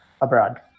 abroad